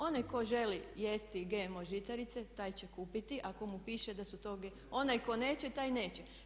Onaj tko želi jesti GMO žitarice taj će kupiti a komu piše da su to GMO, onaj tko neće, taj neće.